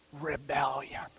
rebellion